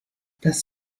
das